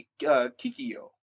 Kikio